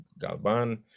galban